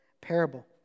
parable